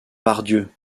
pardieu